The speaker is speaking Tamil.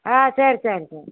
ஆ சரி சரி சரி